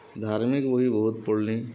ଧାର୍ମିକ୍ ବହି ବହୁତ୍ ପଢ଼୍ଲି